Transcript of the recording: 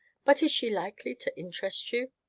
but is she likely to interest you?